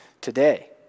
today